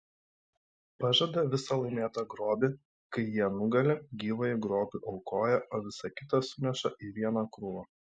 pažada visą laimėtą grobį kai jie nugali gyvąjį grobį aukoja o visa kita suneša į vieną krūvą